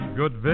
good